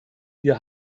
wir